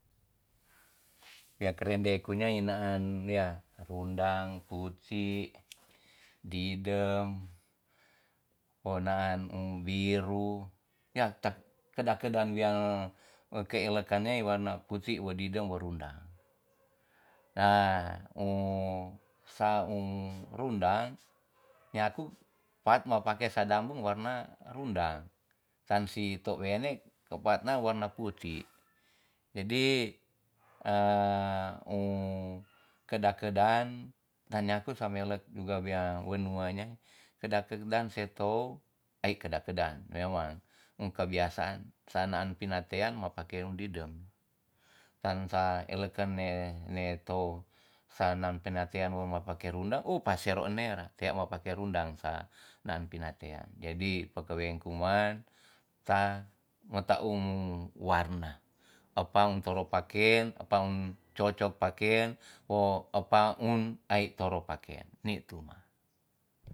Ya kerende ku nyai naan ya rundang, putik, didem, we naan um biru. ya tak kedak kedan wia ke elekan nya warna putik, we didem, we rundang. na u sa um rundang nyaku paat ma pake sa dambung warna rundang san si tou wene ke paat na warna putik jadi a um kedak kedan tan nyaku sa melek juga wea wenua nyai kedak kedan si tou ai kedak kedan memang um kebiasaan sa naan pina tean ma pake we didem tan sa eleken ne- ne tou sa naan pena tean wo mo pake rundam o paser enera tea ma pake rundam sa nanti na tea. jadi pakaweng kuman, ta me ta um warna a pang toro paken a pang cocok paken wo epa um ai toro paken ni tu man.